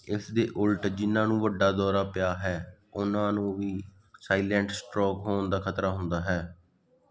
ਇਸ ਦੇ ਉਲਟ ਜਿਨ੍ਹਾਂ ਨੂੰ ਵੱਡਾ ਦੌਰਾ ਪਿਆ ਹੈ ਉਨ੍ਹਾਂ ਨੂੰ ਵੀ ਸਾਈਲੈਂਟ ਸਟ੍ਰੋਕ ਹੋਣ ਦਾ ਖ਼ਤਰਾ ਹੁੰਦਾ ਹੈ